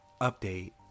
Update